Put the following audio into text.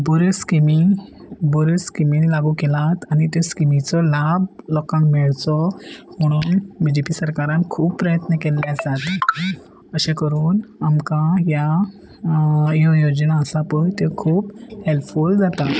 बऱ्यो स्किमी बऱ्यो स्किमीन लागू केलात आनी त्यो स्किमीचो लाभ लोकांक मेळचो म्हणून बी जे पी सरकारान खूब प्रयत्न केल्ले आसा अशें करून आमकां ह्या ह्यो योजना आसा पळय त्यो खूब हॅल्पफूल जाता